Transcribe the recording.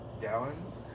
gallons